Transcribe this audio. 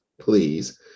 please